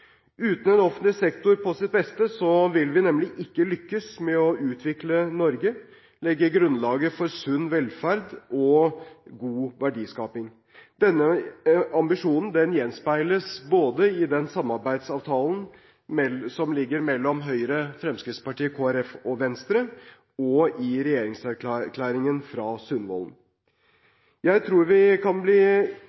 offentlig sektor på sitt beste vil vi nemlig ikke lykkes med å utvikle Norge, legge grunnlaget for sunn velferd og god verdiskaping. Denne ambisjonen gjenspeiles både i samarbeidsavtalen mellom Høyre, Fremskrittspartiet, Kristelig Folkeparti og Venstre og i regjeringserklæringen fra Sundvollen.